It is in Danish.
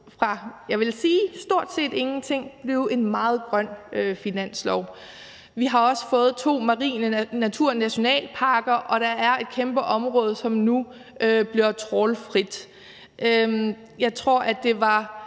efter stort set ikke at have været grøn overhovedet. Vi har også fået to marine natur- og nationalparker, og der et kæmpeområde, som nu bliver trawlfrit. Jeg tror, det var